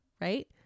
right